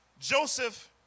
Joseph